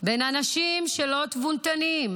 בין אנשים לא תבוניים,